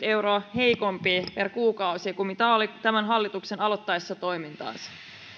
euroa heikompi per kuukausi kuin mitä se oli tämän hallituksen aloittaessa